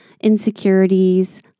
insecurities